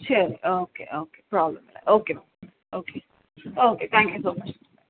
சரி okay okay problem இல்லை okay ma'am okay okay thank you so much